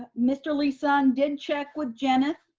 ah mr. lee-sung did check with jenith.